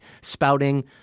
spouting